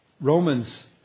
Romans